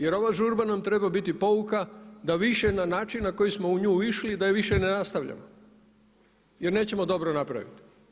Jer ova žurba nam treba biti pouka da više na način na koji smo u nju išli da je više ne nastavljamo jer nećemo dobro napraviti.